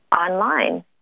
online